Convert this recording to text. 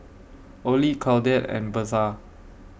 Olie Claudette and Birtha